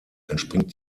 entspringt